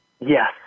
Yes